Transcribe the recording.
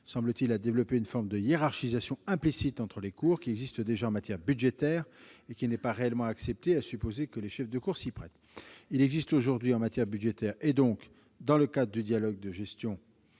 semble-t-il, à développer une forme de hiérarchisation implicite entre les cours, qui existe déjà en matière budgétaire et qui n'est pas réellement acceptée, à supposer que les chefs de cour s'y prêtent. En matière budgétaire, il existe aujourd'hui, dans le cadre du dialogue de gestion